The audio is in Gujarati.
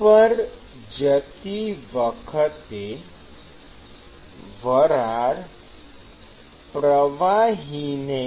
ઉપર જતી વખતે વરાળ પ્રવાહીને